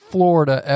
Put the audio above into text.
Florida